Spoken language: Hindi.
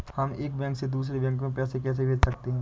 हम एक बैंक से दूसरे बैंक में पैसे कैसे भेज सकते हैं?